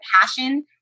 passion